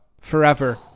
forever